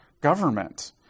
government